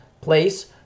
place